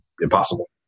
impossible